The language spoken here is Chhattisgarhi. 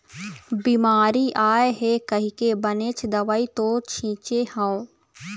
बिमारी आय हे कहिके बनेच दवई तो छिचे हव